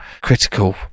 critical